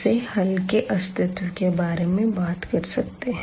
इससे हल के अस्तित्व के बारे में बात कर सकते हैं